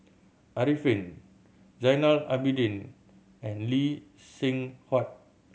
Arifin Zainal Abidin and Lee Seng Huat